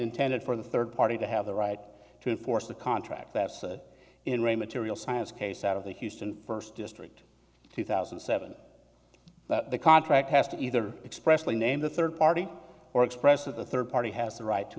intended for the third party to have the right to enforce the contract that said in a material science case out of the houston first district two thousand and seven the contract has to either expressly name the third party or express that the third party has the right to